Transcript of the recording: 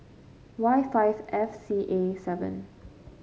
Y five F C A seven